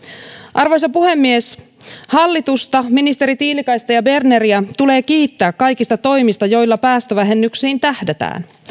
arvoisa puhemies hallitusta ministeri tiilikaista ja ministeri berneriä tulee kiittää kaikista toimista joilla päästövähennyksiin tähdätään